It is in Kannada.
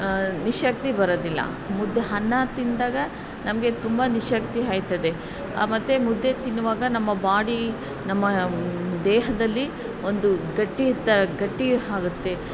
ನಿಶ್ಶಕ್ತಿ ಬರೋದಿಲ್ಲ ಮುದ್ದೆ ಅನ್ನ ತಿಂದಾಗ ನಮಗೆ ತುಂಬ ನಿಶ್ಶಕ್ತಿ ಆಯ್ತದೆ ಮತ್ತು ಮುದ್ದೆ ತಿನ್ನುವಾಗ ನಮ್ಮ ಬಾಡಿ ನಮ್ಮ ದೇಹದಲ್ಲಿ ಒಂದು ಗಟ್ಟಿ ತ ಗಟ್ಟಿ ಆಗುತ್ತೆ